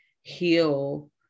heal